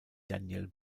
daniel